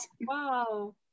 Wow